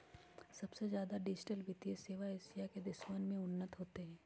सबसे ज्यादा डिजिटल वित्तीय सेवा एशिया के देशवन में उन्नत होते हई